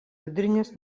vidurinės